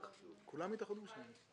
תעשו מאמץ לשלם את זה בסוף החודש.